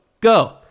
go